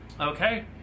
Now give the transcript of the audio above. Okay